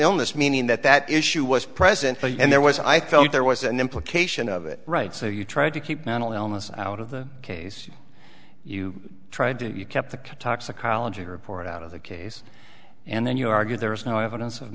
illness meaning that that issue was present and there was i felt there was an implication of it right so you tried to keep mental illness out of the case you tried didn't you kept the toxicology report out of the case and then you argue there was no evidence of